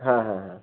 হ্যাঁ হ্যাঁ হ্যাঁ